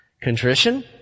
Contrition